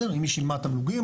אם היא שילמה תמלוגים,